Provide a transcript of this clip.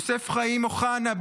יוסף חיים אוחנה,